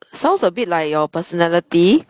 sounds a bit like your personality